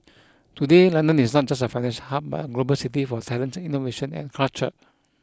today London is not just a financial hub but a global city for talent innovation and culture